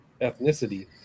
ethnicity